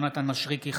אינה נוכחת יונתן מישרקי,